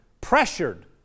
pressured